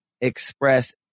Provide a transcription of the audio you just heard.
express